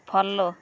follow